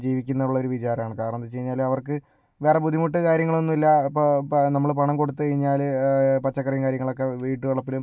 ജീവിക്കുന്നുന്നുള്ള എന്ന ഒരു വിചാരമാണ് കാരണം എന്താന്ന് വെച്ച് കഴിഞ്ഞാല് അവർക്ക് വേറെ ബുദ്ധിമുട്ട് കാര്യങ്ങളൊന്നും ഇല്ല ഇപ്പോൾ നമ്മൾ പണം കൊടുത്തു കഴിഞ്ഞാൽ പച്ചക്കറിയും കാര്യങ്ങളൊക്കെ വീട്ടുവളപ്പിലും